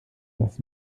das